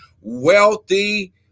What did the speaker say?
Wealthy